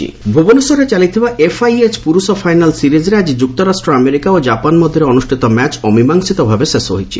FIH hockey ଭ୍ରବନେଶ୍ୱରରେ ଚାଲିଥିବା FIH ପୁରୁଷ ଫାଇନାଲ୍ ସିରିଜ୍ରେ ଆଜି ଯୁକ୍ତରାଷ୍ଟ୍ର ଆମେରିକା ଓ କାପାନ୍ ମଧ୍ୟରେ ଅନୁଷ୍ଠିତ ମ୍ୟାଚ୍ ଅମୀମାଂଶିତ ଭାବେ ଶେଷ ହୋଇଛି